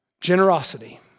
Generosity